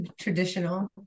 traditional